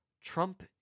Trump